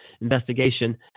investigation